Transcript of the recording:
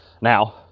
Now